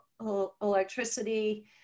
electricity